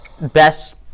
Best